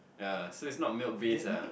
yea so it's not milk beats ah